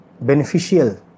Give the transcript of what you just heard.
beneficial